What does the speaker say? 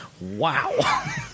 Wow